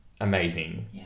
amazing